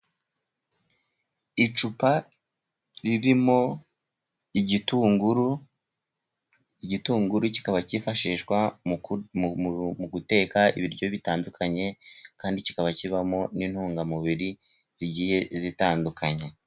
Icupa ririmo igitunguru, igitunguru kikaba cyifashishwa mu guteka ibiryo bitandukanye, kandi kikaba kibamo n'intungamubiri zigiye zitandukanye.